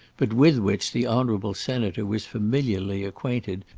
but with which the honourable senator was familiarly acquainted,